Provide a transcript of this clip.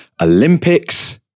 Olympics